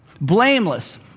Blameless